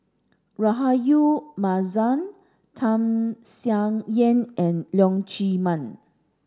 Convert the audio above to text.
Rahayu Mahzam Tham Sien Yen and Leong Chee Mun